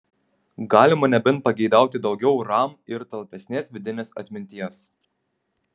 galima nebent pageidauti daugiau ram ir talpesnės vidinės atminties